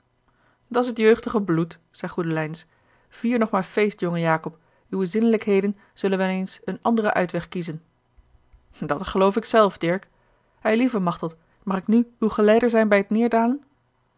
vieren dat's het jeugdige bloed zei goedelijns vier nog maar feest jonge jacob uwe zinnelijkheden zullen wel eens een anderen uitweg kiezen dat geloof ik zelf dirk eilieve machteld mag ik nu uw geleider zijn bij het